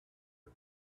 can